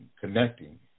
connecting